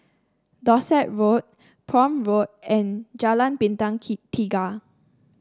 Dorset Road Prome Road and Jalan Bintang Tiga